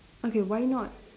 okay why not